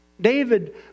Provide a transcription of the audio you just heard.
David